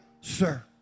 sir